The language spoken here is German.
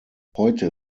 heute